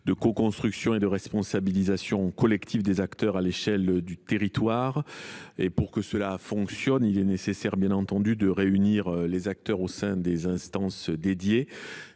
une coconstruction et une responsabilité collective des acteurs à l’échelle du territoire. Pour que cela fonctionne, il est bien entendu nécessaire de réunir les acteurs au sein des instances dédiées.